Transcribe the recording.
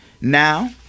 Now